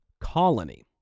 colony